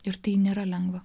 ir tai nėra lengva